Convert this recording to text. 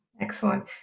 Excellent